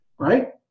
right